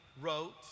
wrote